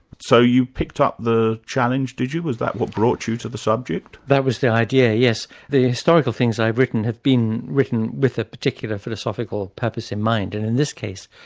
so you picked up the challenge, did you, was that what brought you to the subject? that was the idea, yes. the historical things i've written have been written with a particular philosophical purpose in mind and in this case,